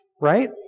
right